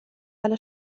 على